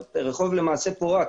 הרחוב למעשה פורק